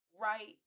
right